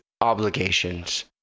obligations